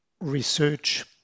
research